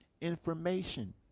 information